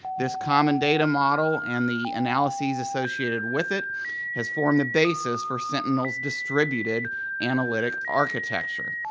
this common data model and the analyses associated with it has formed the basis for sentinel's distributed analytic architecture.